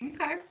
okay